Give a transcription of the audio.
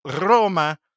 Roma